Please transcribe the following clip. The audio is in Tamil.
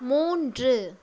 மூன்று